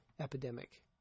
epidemic